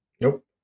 Nope